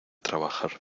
trabajar